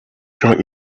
drunk